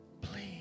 please